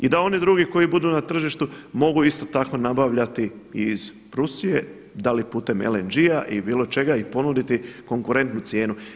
I da oni drugi koji budu na tržištu mogu isto tako nabavljati i iz Rusije da li putem LNG-a i bilo čega i ponuditi konkurentnu cijenu.